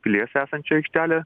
plėst esančią aikštelę